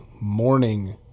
morning